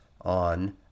on